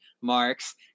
Marks